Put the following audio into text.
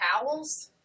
towels